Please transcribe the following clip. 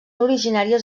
originàries